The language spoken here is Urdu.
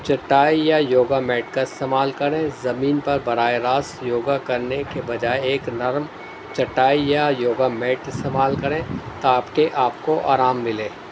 چٹائی یا یوگا میٹ کا استعمال کریں زمین پر براہ راست یوگا کرنے کے بجائے ایک نرم چٹائی یا یوگا میٹ استعمال کریں تاکہ آپ کو آپ کو آرام ملے